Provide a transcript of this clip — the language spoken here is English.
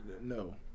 no